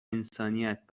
انسانیت